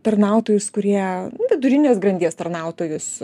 tarnautojus kurie vidurinės grandies tarnautojus